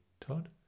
Todd